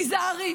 תיזהרי.